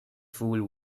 fool